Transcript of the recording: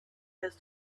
his